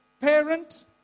parent